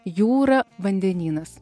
jūra vandenynas